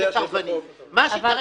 מה שתומר